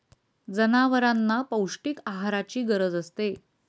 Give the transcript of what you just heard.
जनावरांना पौष्टिक आहाराची गरज असते